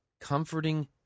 comforting